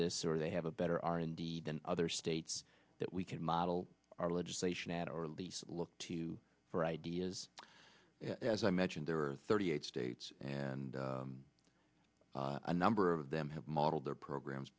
this or they have a better are indeed than other states that we can model our legislation at or least look to for ideas as i mentioned there are thirty eight states and a number of them have modeled their programs